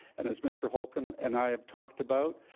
and as mr. holcomb and i have talked about,